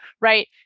right